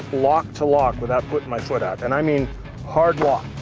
lock to lock without putting my foot out. and i mean hard lock.